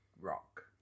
Rock